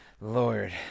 lord